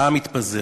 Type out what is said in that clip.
העם התפזר,